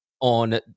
on